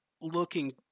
looking